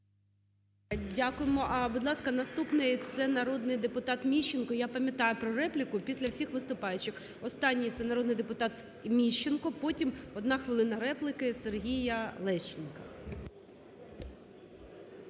Дякуємо. Будь ласка, наступний це народний депутат Міщенко. Я пам'ятаю про репліку, після всіх виступаючих. Останній це народний депутат Міщенко, потім одна хвилина репліки Сергія Лещенка.